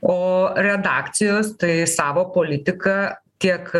o redakcijos tai savo politiką tiek